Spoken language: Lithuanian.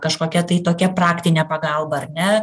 kažkokia tai tokia praktine pagalba ar ne